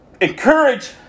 encourage